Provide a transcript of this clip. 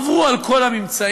עברו על כל הממצאים,